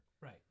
Right